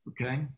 Okay